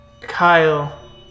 Kyle